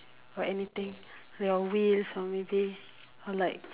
or anything your wheels or maybe or like uh